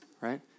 right